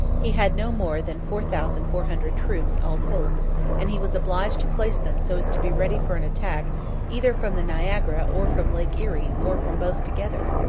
he had no more than four thousand four hundred troops, all told and he was obliged to place them so as to be ready for an attack either from the niagara or from lake erie, or from both together.